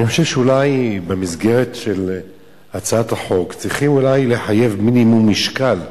אני חושב שאולי במסגרת של הצעת החוק צריכים לחייב מינימום משקל,